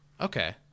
Okay